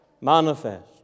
manifest